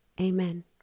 Amen